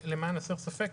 למען הסר ספק,